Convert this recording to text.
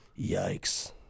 Yikes